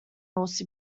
also